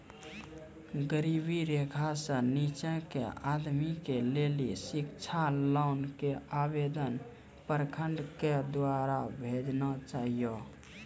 गरीबी रेखा से नीचे के आदमी के लेली शिक्षा लोन के आवेदन प्रखंड के द्वारा भेजना चाहियौ?